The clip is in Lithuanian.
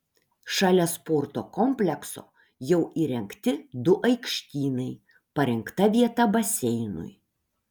šalia sporto komplekso jau įrengti du aikštynai parinkta vieta baseinui